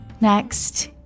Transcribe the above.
Next